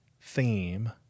theme